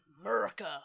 America